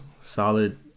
solid